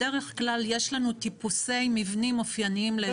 בדרך כלל יש לנו טיפוסי מבנים אופייניים לאזורים שונים.